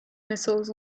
missiles